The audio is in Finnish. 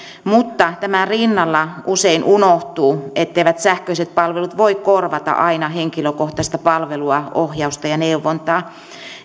mutta tämän rinnalla usein unohtuu etteivät sähköiset palvelut voi korvata aina henkilökohtaista palvelua ohjausta ja neuvontaa